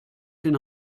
den